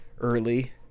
early